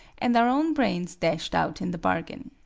and our own brains dashed out in the bargain.